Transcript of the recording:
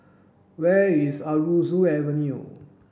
where is Aroozoo Avenue